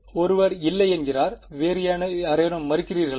ஒருவர் இல்லை என்கிறார் வேறு யாரேனும் மறுக்கிறீர்களா